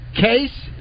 Case